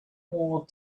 more